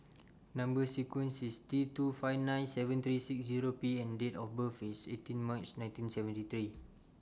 Number sequence IS T two five nine seven three six Zero P and Date of birth IS eighteen March nineteen seventy three